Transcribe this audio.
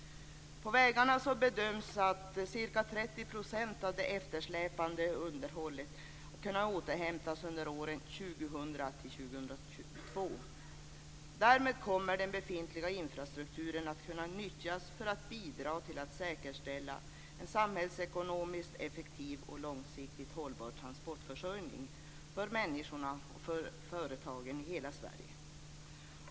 På vägarna bedöms ca 30 % av det eftersläpande underhållet kunna återhämtas under åren 2000-2002. Därmed kommer den befintliga infrastrukturen att kunna nyttjas för att bidra till att säkerställa en samhällsekonomiskt effektiv och långsiktigt hållbar transportförsörjning för människorna och för företagen i hela Sverige.